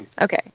Okay